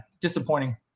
disappointing